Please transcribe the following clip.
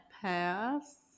pass